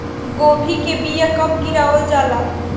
गोभी के बीया कब गिरावल जाला?